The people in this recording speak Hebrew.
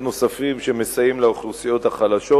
נוספים שמסייעים לאוכלוסיות החלשות.